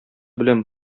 белән